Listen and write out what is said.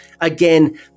Again